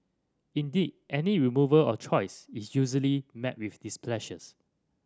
indeed any removal of choice is usually met with displeasures